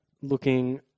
looking